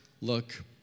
look